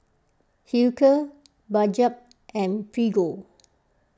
Hilker Bajaj and Prego